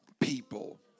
people